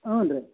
ಹ್ಞೂ ರೀ